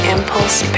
Impulse